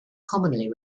commonly